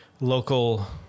local